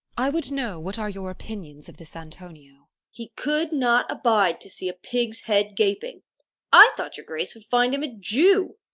i would know what are your opinions of this antonio he could not abide to see a pig's head gaping i thought your grace would find him a jew.